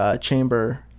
chamber